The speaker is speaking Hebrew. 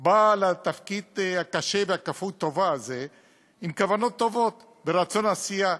בא לתפקיד הקשה וכפוי הטובה הזה עם כוונות טובות ורצון עשייה.